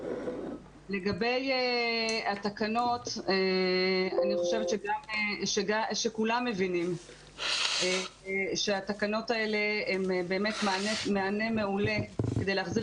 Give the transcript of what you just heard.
לגבי התקנות אני חושבת שכולם מבינים שהן מענה מעולה כדי להחזיר